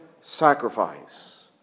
sacrifice